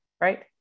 right